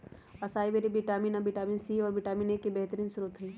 असाई बैरी vitamin A, vitamin C, और vitamin E के बेहतरीन स्त्रोत हई